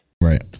Right